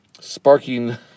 sparking